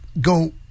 go